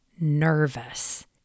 nervous